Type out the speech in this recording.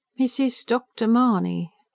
mrs. dr. mahony.